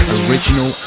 original